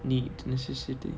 the necessity